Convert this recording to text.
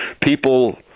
people